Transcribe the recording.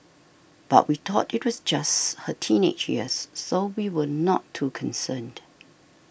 but we thought it was just her teenage years so we were not too concerned